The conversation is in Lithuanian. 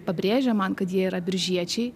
pabrėžia man kad jie yra biržiečiai